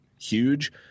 huge